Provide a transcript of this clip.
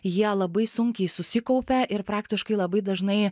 jie labai sunkiai susikaupia ir praktiškai labai dažnai